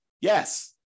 Yes